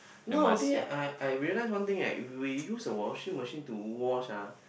nowaday I I realise one thing eh if we use a washing machine to wash ah